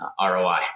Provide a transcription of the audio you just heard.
ROI